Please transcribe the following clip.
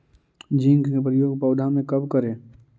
Zinc के प्रयोग पौधा मे कब करे?